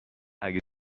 اگه